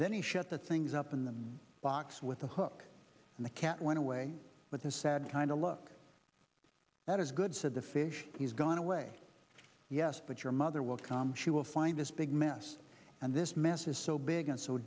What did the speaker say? then he shut the things up in the box with a hook in the cat went away but the sad kind of look that is good said the fish has gone away yes but your mother will come she will find this big mess and this mess is so big and so